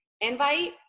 Invite